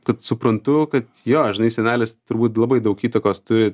kad suprantu kad jo žinai senelis turbūt labai daug įtakos turi